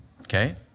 Okay